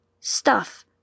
Stuff